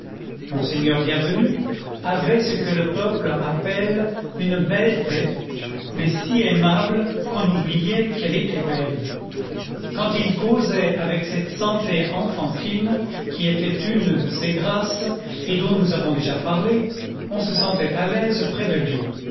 monseigneur bienvenu avait ce que le peuple appelle une belle tête mais si aimable qu'on oubliait qu'elle était belle quand il causait avec cette santé enfantine qui était une de ses grâces et dont nous avons déjà parlé on se sentait à l'aise près de lui